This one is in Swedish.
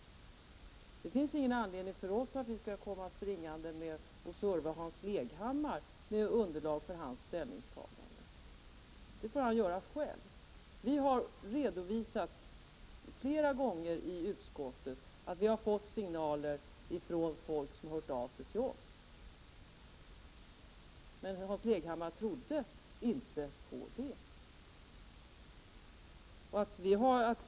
Det finns ingen anledning för oss att komma springande med information och serva Hans Leghammar med underlag för hans ställningstagande. Det får han ta fram själv. Vi i folkpartiet har flera gånger i utskottet redovisat att vi fått signaler från människor som hört av sig till oss. Men Hans Leghammar trodde inte på det.